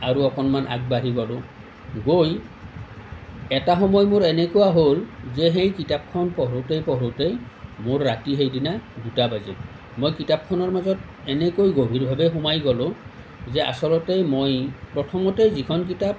আৰু অকণমান আগবাঢ়ি বাৰু গৈ এটা সময় মোৰ এনেকুৱা হ'ল যে সেই কিতাপখন পঢ়োঁতেই পঢ়োঁতেই মোৰ ৰাতি সেইদিনা দুটা বাজিল মই কিতাপখনৰ মাজত এনেকৈ গভীৰভাৱে সোমাই গ'লো যে আচলতেই মই প্ৰথমতে যিখন কিতাপ